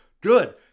good